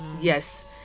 Yes